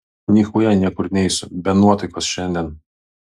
nichuja niekur neisiu be nuotaikos šiandien